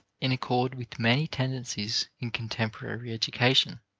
in accord with many tendencies in contemporary education,